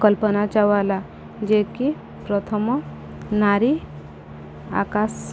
କଳ୍ପନା ଚାୱଲା ଯିଏ କିି ପ୍ରଥମ ନାରୀ ଆକାଶ